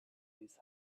his